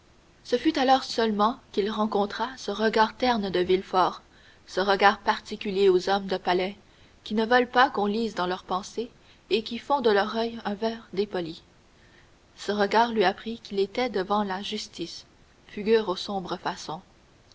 ce fut alors seulement qu'il rencontra ce regard terne de villefort ce regard particulier aux hommes de palais qui ne veulent pas qu'on lise dans leur pensée et qui font de leur oeil un verre dépoli ce regard lui apprit qu'il était devant la justice figure aux sombres façons